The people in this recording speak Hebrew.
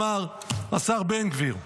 אמר השר בן גביר.